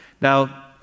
Now